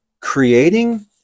creating